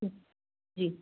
जी